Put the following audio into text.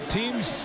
teams